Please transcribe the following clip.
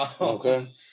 Okay